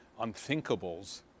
unthinkables